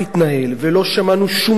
ולא שמענו שום טענה,